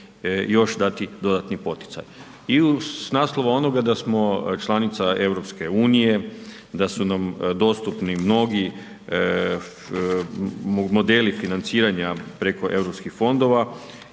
još dati dodatni poticaj i uz, s naslova onoga da smo članica EU, da su nam dostupni mnogi modeli financiranja preko Europskih fondova